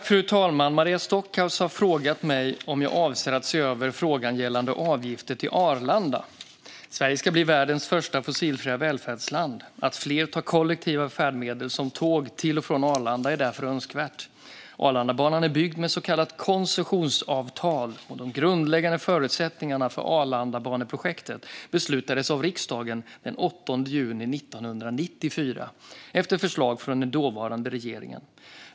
Fru talman! Maria Stockhaus har frågat mig om jag avser att se över frågan gällande avgifter till Arlanda. Sverige ska bli världens första fossilfria välfärdsland. Att fler tar kollektiva färdmedel som tåg till och från Arlanda är därför önskvärt. Arlandabanan är byggd med ett så kallat koncessionsavtal, och de grundläggande förutsättningarna för Arlandabaneprojektet beslutades av riksdagen den 8 juni 1994 efter förslag från den dåvarande regeringen.